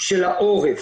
של העורף.